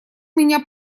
меня